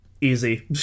Easy